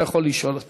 אתה יכול לשאול.